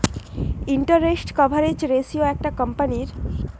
interest coverage ratio একটা কোম্পানীর